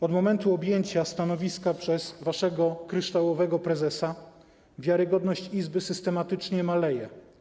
Od momentu objęcia stanowiska przez waszego kryształowego prezesa wiarygodność izby systematycznie maleje.